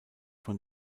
von